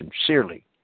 Sincerely